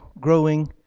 growing